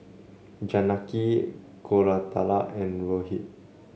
Janaki Koratala and Rohit